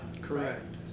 Correct